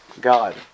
God